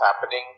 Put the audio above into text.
happening